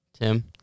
Tim